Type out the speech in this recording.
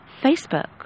Facebook